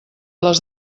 les